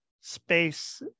space